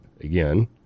Again